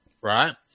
right